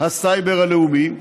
הסייבר הלאומי",